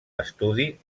estudi